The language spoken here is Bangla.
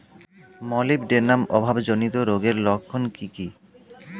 মলিবডেনাম অভাবজনিত রোগের লক্ষণ কি কি?